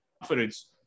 confidence